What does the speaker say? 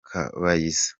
kabayiza